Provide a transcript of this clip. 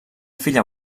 filla